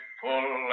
full